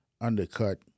undercut